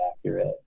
accurate